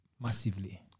massively